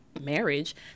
marriage